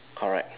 correct